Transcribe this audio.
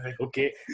Okay